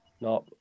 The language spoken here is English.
No